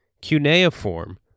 Cuneiform